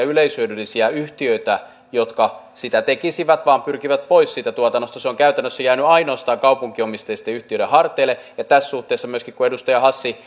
yleishyödyllisiä yhtiöitä jotka sitä tekisivät vaan ne pyrkivät pois siitä tuotannosta se on käytännössä jäänyt ainoastaan kaupunkiomisteisten yhtiöiden harteille tässä suhteessa myöskin kun edustaja hassi